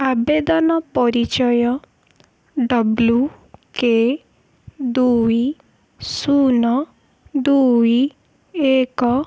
ଆବେଦନ ପରିଚୟ W K ଦୁଇ ଶୂନ ଦୁଇ ଏକ